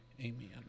Amen